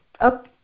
Up